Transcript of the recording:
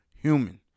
human